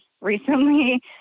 recently